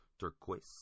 Turquoise